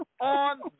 on